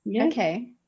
Okay